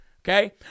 okay